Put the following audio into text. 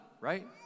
Right